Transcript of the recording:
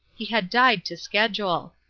he had died to schedule.